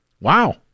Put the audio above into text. Wow